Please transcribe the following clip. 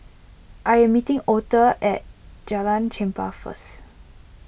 I am meeting Auther at Jalan Chempah first